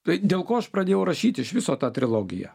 tai dėl ko aš pradėjau rašyti iš viso tą trilogiją